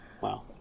Wow